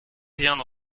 rien